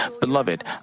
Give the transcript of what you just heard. Beloved